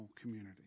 community